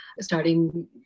starting